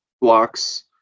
blocks